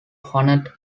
honored